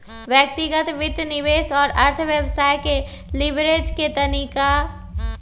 व्यक्तिगत वित्त, निवेश और व्यवसाय में लिवरेज के तनका अलग अर्थ होइ छइ